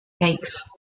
Thanks